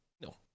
No